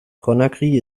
conakry